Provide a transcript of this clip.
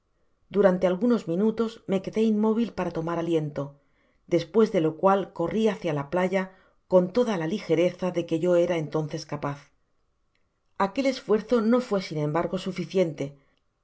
durante algunos minutos me quedé inmóvil para tomar aliento despues de lo cual corri hácia la playa con toda la ligereza de que yo era entonces capaz aquel esfuerzo no fué sin embargo suficiente